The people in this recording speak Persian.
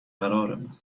قرارمون